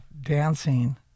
dancing